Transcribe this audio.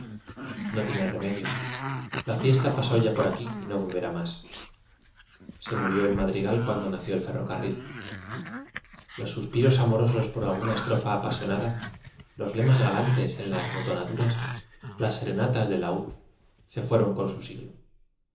no tiene reme dio la fiesta pasó ya por aquí y no volverá más se murió el madrigal cuando nació el ferrocarril los suspiros amorosos por alguna estrofa apasionada los lemas ga lantes en las botonaduras las serenatas de laúd se fueron con su siglo